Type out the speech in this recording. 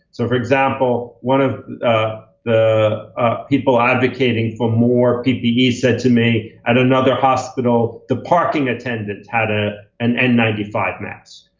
so, for example, one of ah the people abdicating for more ppe said to me, at another hospital the parking attendant had ah an n nine five mask.